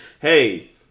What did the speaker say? hey